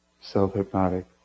self-hypnotic